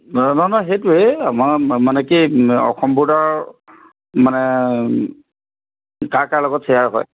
অঁ নাই নাই সেইটোৱেই মানে কি আমাৰ অসম ব'ৰ্ডাৰ মানে কাৰ কাৰ লগত শ্বেয়াৰ হয়